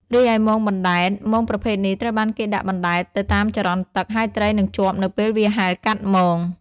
រីឯមងបណ្តែត មងប្រភេទនេះត្រូវបានគេដាក់បណ្តែតទៅតាមចរន្តទឹក ហើយត្រីនឹងជាប់នៅពេលវាហែលកាត់មង។